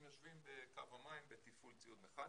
הם יושבים בקו המים בתפעול ציוד מכני,